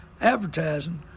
advertising